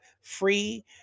free